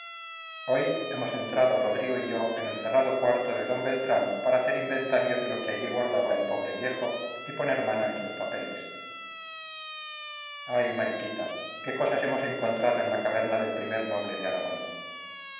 hoy hemos entrado rodrigo y yo en el cerrado cuarto de d beltrán para hacer inventario de lo que allí guardaba el pobre viejo y poner mano en sus papeles ay mariquita qué cosas hemos encontrado en la caverna del primer noble de aragón